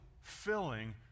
filling